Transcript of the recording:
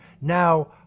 now